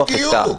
בדיוק.